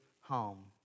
home